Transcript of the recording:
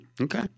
Okay